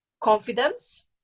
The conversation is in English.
confidence